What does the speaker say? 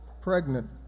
pregnant